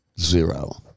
Zero